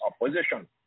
opposition